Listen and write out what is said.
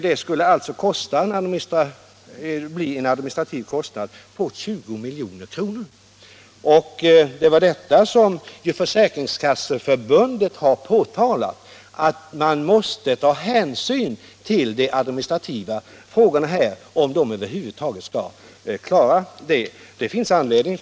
Detta skulle innebära en administrativ kostnad på 20 milj.kr. Försäkringskasseförbundet har också påpekat att man, om det över huvud taget skall vara möjligt att klara av detta, måste ta hänsyn till de administrativa frågorna i sam manhanget.